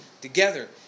together